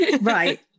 Right